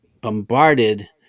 bombarded